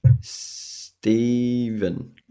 steven